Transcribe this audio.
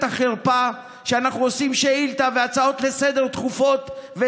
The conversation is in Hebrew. החרפה שאנחנו מעלים שאילתה והצעות דחופות לסדר-היום,